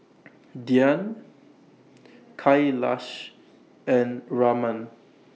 Dhyan Kailash and Raman